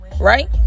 Right